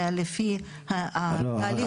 ולפי ההליך הנכון --- לא,